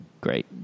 great